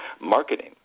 marketing